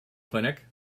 clinic